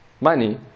money